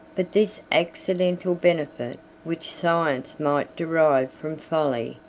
but this accidental benefit, which science might derive from folly,